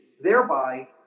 thereby